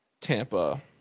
Tampa